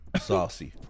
Saucy